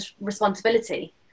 responsibility